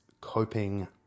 coping